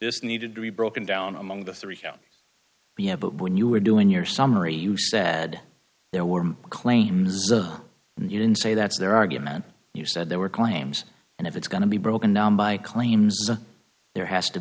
this needed to be broken down among the three b n but when you were doing your summary you said there were claims and you didn't say that's their argument you said there were claims and if it's going to be broken down by claims there has to